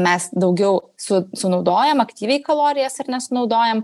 mes daugiau su sunaudojam aktyviai kalorijas ar ne sunaudojam